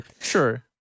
Sure